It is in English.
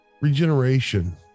Regeneration